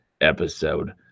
Episode